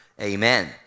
Amen